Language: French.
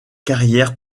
carrières